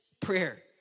prayer